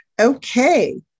Okay